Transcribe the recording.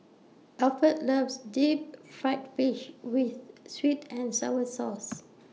Alford loves Deep Fried Fish with Sweet and Sour Sauce